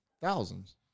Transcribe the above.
Thousands